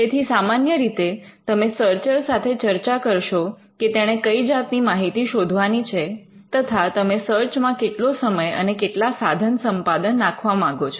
તેથી સામાન્ય રીતે તમે સર્ચર સાથે ચર્ચા કરશો કે તેણે કઈ જાતની માહિતી શોધવાની છે તથા તમે સર્ચ માં કેટલો સમય અને કેટલા સાધન સંપાદન નાખવા માંગો છો